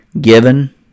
given